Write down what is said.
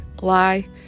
lie